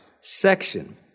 section